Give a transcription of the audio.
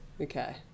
Okay